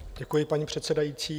Děkuji, paní předsedající.